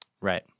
Right